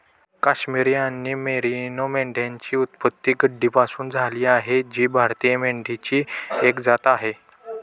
काश्मिरी आणि मेरिनो मेंढ्यांची उत्पत्ती गड्डीपासून झाली आहे जी भारतीय मेंढीची एक जात आहे